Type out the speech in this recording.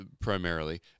primarily